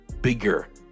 bigger